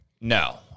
no